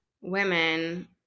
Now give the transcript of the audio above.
women